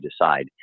decide